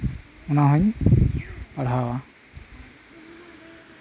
ᱚᱱᱟᱦᱚᱸᱧ ᱯᱟᱲᱦᱟᱣᱟ